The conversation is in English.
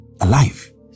alive